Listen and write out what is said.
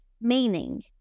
meaning